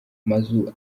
amazu